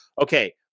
okay